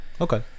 Okay